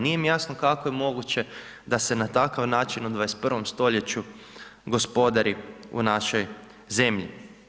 Nij mi jasno kako je moguće da se na takav način u 21 stoljeću gospodari u našoj zemlji.